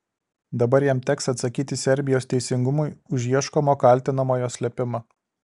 dabar jam teks atsakyti serbijos teisingumui už ieškomo kaltinamojo slėpimą